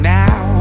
now